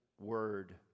word